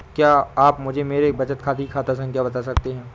क्या आप मुझे मेरे बचत खाते की खाता संख्या बता सकते हैं?